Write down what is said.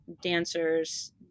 dancers